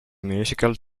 musical